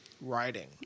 writing